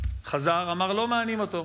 חזר, אמר: לא מענים אותו.